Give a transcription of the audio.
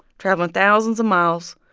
traveling thousands of miles,